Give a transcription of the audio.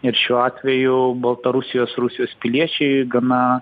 ir šiuo atveju baltarusijos rusijos piliečiai gana